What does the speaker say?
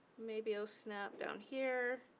maybe oh snap down here.